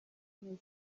nahi